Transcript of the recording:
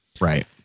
Right